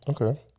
Okay